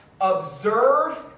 observe